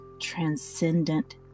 transcendent